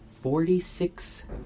Forty-six